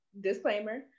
disclaimer